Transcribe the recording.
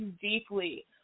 deeply